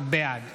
בעד